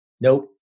Nope